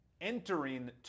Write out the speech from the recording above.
entering